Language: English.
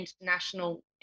international